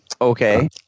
Okay